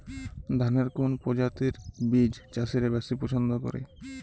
ধানের কোন প্রজাতির বীজ চাষীরা বেশি পচ্ছন্দ করে?